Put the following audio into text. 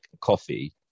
coffee